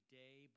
day